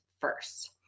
first